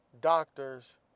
doctors